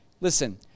Listen